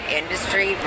industry